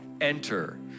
enter